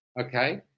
okay